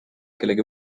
kellegi